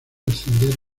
ascender